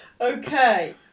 Okay